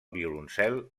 violoncel